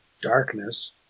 darkness